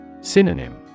Synonym